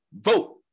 vote